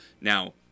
Now